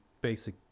basic